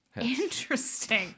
interesting